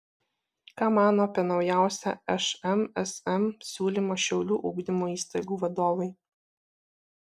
ką mano apie naujausią šmsm siūlymą šiaulių ugdymo įstaigų vadovai